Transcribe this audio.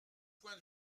point